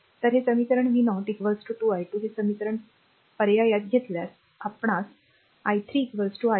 तर हे समीकरण v0 2 i2 हे समीकरण पर्यायात घेतल्यास आपणास r i3 i1 0